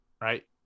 right